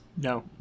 No